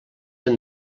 ara